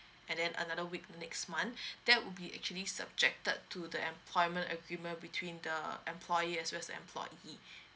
and then another week next month that would be actually subjected to the employment agreement between the employer as well as the employee